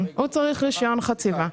הוא צריך רישיון חציבה.